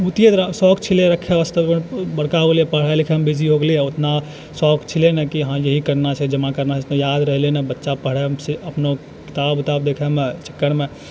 बहुते शौक छलै रखै वास्ते बड़का हो गेलियै पढ़ै लिखैमे बेसी हो गेलै आओर ओतना शौक छलै नहि कि हँ यही करना छै जमा करना छै पहिने ने बच्चा पढ़ैसँ अपनो किताब उताब देखैके चक्करमे